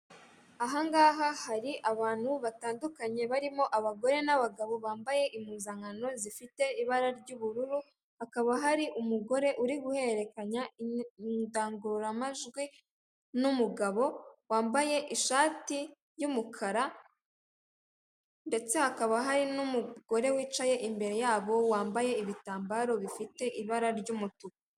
Ahangaha hari abantu batandukanye, barimo abagore n’abagabo bambaye impuzankano zifite ibara ry’ubururu. Hakaba hari umugore uri guhererekanya indangururamajwi, na umugabo wambaye ishati y’umukara. Ndetse, hakaba hari n’umugore wicaye imbere yabo wambaye ibitambaro bifite ibara ry’umutuku